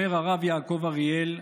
אומר הרב יעקב אריאל,